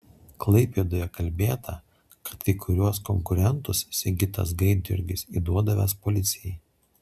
klaipėdoje kalbėta kad kai kuriuos konkurentus sigitas gaidjurgis įduodavęs policijai